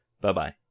bye-bye